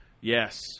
Yes